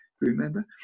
Remember